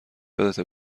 یادته